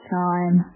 time